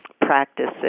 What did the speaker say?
practices